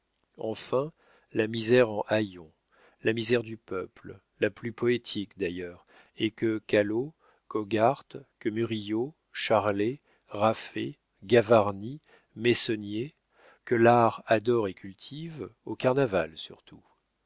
enfin la misère en haillons la misère du peuple la plus poétique d'ailleurs et que callot qu'hogart que murillo charlet raffet gavarni meissonnier que l'art adore et cultive au carnaval surtout